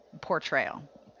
portrayal